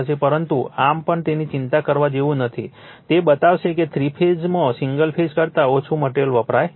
પરંતુ આમ પણ તેની ચિંતા કરવા જેવું કંઈ નથી તે બતાવશે કે થ્રી ફેઝમાં સિંગલ ફેઝ કરતાં ઓછું મટેરીઅલ વપરાય છે